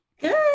Good